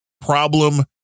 problem